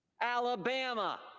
Alabama